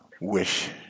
Wish